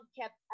kept